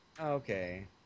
Okay